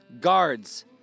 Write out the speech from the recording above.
Guards